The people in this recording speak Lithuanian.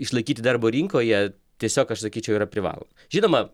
išlaikyti darbo rinkoje tiesiog aš sakyčiau yra privalo žinoma